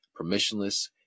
permissionless